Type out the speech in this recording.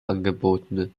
angeboten